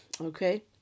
okay